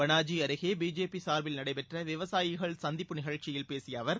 பனாஜி அருகே பிஜேபி சார்பில் நடைபெற்ற விவசாயிகள் சந்திப்பு நிகழ்ச்சியில் பேசிப அவர்